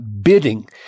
bidding